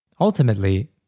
Ultimately